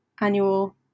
annual